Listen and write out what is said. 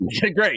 Great